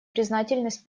признательность